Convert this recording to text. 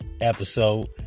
episode